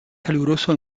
caluroso